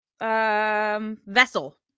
vessel